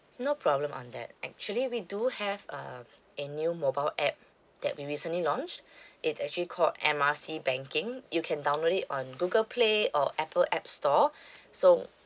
no problem on that actually we do have uh a new mobile app that we recently launched it's actually called M R C banking you can download it on google play or apple app store so